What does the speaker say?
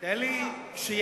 אתה בעד זה.